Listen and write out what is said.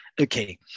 okay